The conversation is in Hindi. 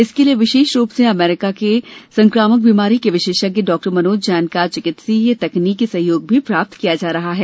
इसके लिये विशेष रूप से अमेरिका के संक्रमक बीमारी के विशेषज्ञ डॉ मनोज जैन का चिकित्सकीय तकनीकी सहयोग भी प्राप्त किया जा रहा है